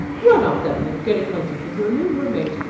run up, then, and get acquainted with your new roommate.